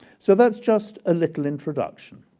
so that's just a little introduction.